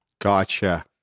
Gotcha